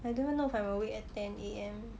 I don't even know if I'm awake at ten A_M